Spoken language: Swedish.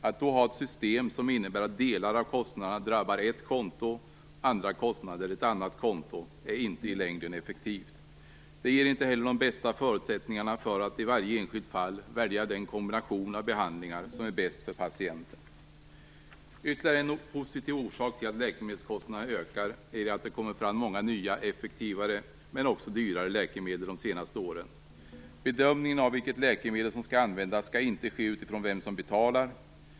Att då ha ett system som innebär att delar av kostnaderna drabbar ett konto, andra kostnader ett annat konto, är inte effektivt i längden. Det ger inte heller de bästa förutsättningarna för att i varje enskilt fall välja den kombination av behandlingar som är bäst för patienten. Ytterligare en positiv orsak till att läkemedelskostnaderna ökar är att det har kommit fram många nya effektivare men också dyrare läkemedel under de senaste åren. Bedömningen av vilket läkemedel som skall användas skall inte ske utifrån vem som betalar.